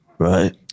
Right